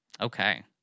Okay